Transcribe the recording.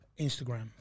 instagram